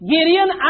Gideon